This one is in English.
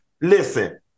Listen